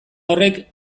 horrek